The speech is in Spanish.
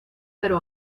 pero